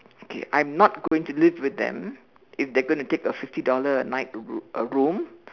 okay I'm not going to live with them if they are going to take a fifty dollar a night a room